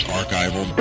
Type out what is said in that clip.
archival